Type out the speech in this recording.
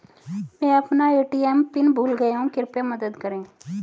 मैं अपना ATM PIN भूल गया हूँ कृपया मदद करें